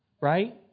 right